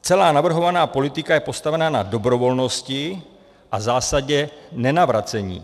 Celá navrhovaná politika je postavena na dobrovolnosti a zásadě nenavracení.